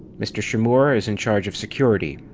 mr. shimura is in charge of security.